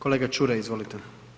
Kolega Čuraj, izvolite.